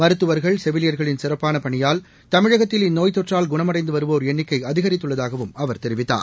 மருத்துவர்கள் செவிலியர்களின் சிறப்பான பணியால் தமிழகத்தில் இந்நோய்த் தொற்றால் குணமடைந்து வருவோர் எண்ணிக்கை அதிகரித்துள்ளதாகவும் அவர் தெரிவித்தார்